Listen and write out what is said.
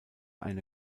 eine